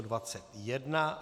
21.